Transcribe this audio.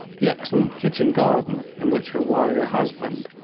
the excellent kitchen garden in which her warrior husband,